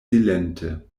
silente